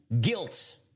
guilt